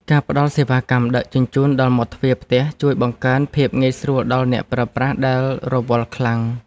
ការផ្តល់សេវាកម្មដឹកជញ្ជូនដល់មាត់ទ្វារផ្ទះជួយបង្កើនភាពងាយស្រួលដល់អ្នកប្រើប្រាស់ដែលរវល់ខ្លាំង។